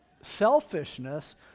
selfishness